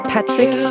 Patrick